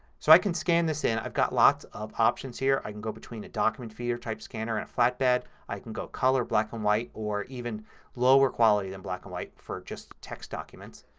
so i can scan this in. i've got lots of options here. i can go between the document feeder type scanner and a flatbed. i can go color, black and white, or even lower quality than black and white for just text documents.